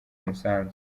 umusanzu